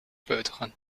peuteren